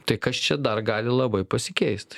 tai kas čia dar gali labai pasikeist